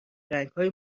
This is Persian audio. رنگهای